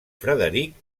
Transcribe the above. frederic